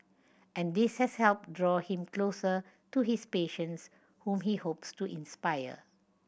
and this has helped draw him closer to his patients whom he hopes to inspire